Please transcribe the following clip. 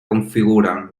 configuren